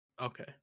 Okay